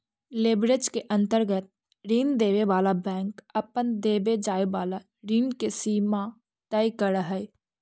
leverage के अंतर्गत ऋण देवे वाला बैंक अपन देवे जाए वाला ऋण के सीमा तय करऽ हई